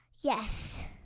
Yes